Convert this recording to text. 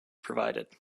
provided